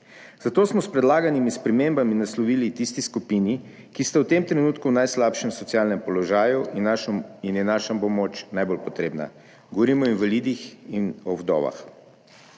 zato smo s predlaganimi spremembami naslovili tisti skupini, ki sta v tem trenutku v najslabšem socialnem položaju in je naša pomoč najbolj potrebna, govorimo o invalidih in o vdovah.